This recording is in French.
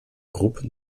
groupes